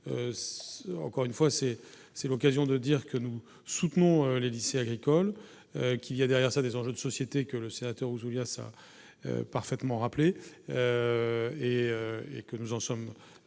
encore une fois, c'est, c'est l'occasion de dire que nous soutenons les lycées agricoles qu'il y a derrière ça des enjeux de société, que le sénateur Ouzoulias ça parfaitement rappelé et et que nous en sommes